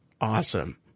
awesome